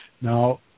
Now